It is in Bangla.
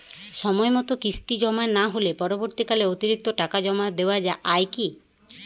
সময় মতো কিস্তি জমা না হলে পরবর্তীকালে অতিরিক্ত টাকা জমা দেওয়া য়ায় কি?